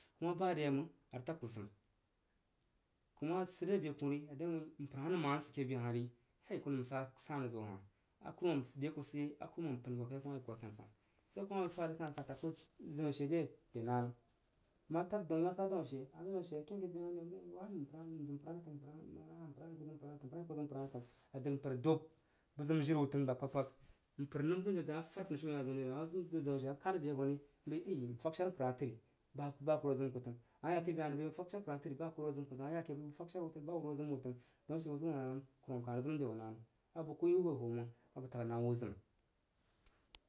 Ku ba re ye məng a rig tag ku zimi ku ma sid re be koh ri a dang wuin mpər hah nəm sid ke be hah ri ku həm sa san rig ziw a hah akuruma, be a kusiyei akurumam pən ko kai a wah yi ku a san san swo kuma bəi fad rig akah tag ku zim she re na nəm a ma tag ku m ma sa dau ashe ake a hei wui waní m zin mpər hah təg, a hah wui ku zim mpər hah təg mpər hah wui ku zin mpər hah təng mpər dub bəg zim jir, wu təng aba kpag-kpag mpər nəm hunyein she a ma fed funishiumen ha zəu ri, ama zim mpər daun ashe a ma kad be koh ri bəi ai m fag. Shar mpər hah təri baku ro zim ku təng a ma ya ke be hah re bəi m fag shar mpər hah təri baku ro zim ku təng ama yake bəi bəg fag dhar wu təri təri ba wuro zim wu təng daun ashe bəg zim wo na nəm kuruman kah rig zim re wuh na nəm. A bəg ku yiwu hhohwo məng a bəg təg na wu zim’i.